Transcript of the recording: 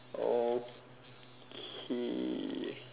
okay